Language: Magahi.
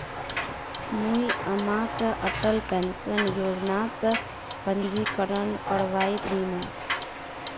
मुई अम्माक अटल पेंशन योजनात पंजीकरण करवइ दिमु